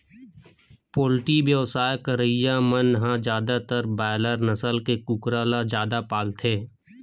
poultry बेवसाय करइया मन ह जादातर बायलर नसल के कुकरा ल जादा पालथे